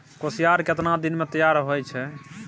कोसियार केतना दिन मे तैयार हौय छै?